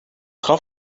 gaf